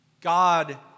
God